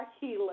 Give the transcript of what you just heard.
healer